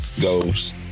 goes